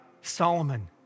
Solomon